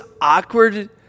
awkward